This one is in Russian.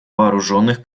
вооруженных